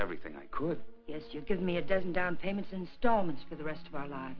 everything i could get you give me a dozen down payments installments for the rest of my life